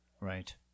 Right